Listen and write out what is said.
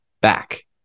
back